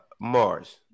Mars